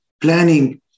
planning